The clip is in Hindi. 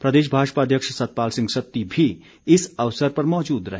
प्रदेश भाजपा अध्यक्ष सतपाल सिंह सत्ती भी इस अवसर पर मौजूद रहे